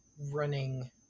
running